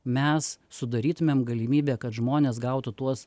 mes sudarytumėm galimybę kad žmonės gautų tuos